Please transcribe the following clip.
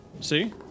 See